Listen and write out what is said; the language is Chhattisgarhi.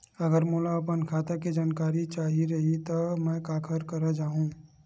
अगर मोला अपन खाता के जानकारी चाही रहि त मैं काखर करा जाहु?